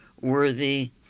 worthy